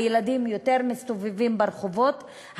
הילדים מסתובבים יותר ברחובות,